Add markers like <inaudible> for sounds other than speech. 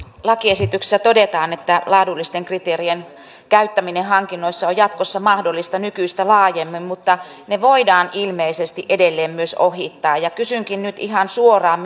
lakiesityksessä todetaan että laadullisten kriteerien käyttäminen hankinnoissa on jatkossa mahdollista nykyistä laajemmin mutta ne voidaan ilmeisesti edelleen myös ohittaa kysynkin nyt ihan suoraan <unintelligible>